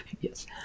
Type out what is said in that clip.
Yes